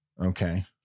okay